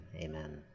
amen